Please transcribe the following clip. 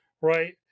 right